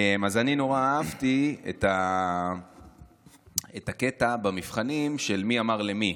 אז אני נורא אהבתי את הקטע במבחנים של מי אמר למי.